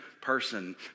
person